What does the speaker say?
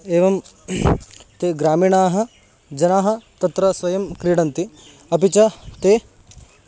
एवं ते ग्रामीणाः जनाः तत्र स्वयं क्रीडन्ति अपि च ते